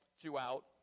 throughout